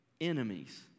enemies